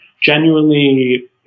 genuinely